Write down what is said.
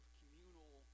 communal